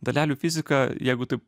dalelių fizika jeigu taip